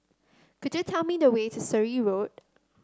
could you tell me the way to Surrey Road